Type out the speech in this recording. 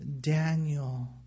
Daniel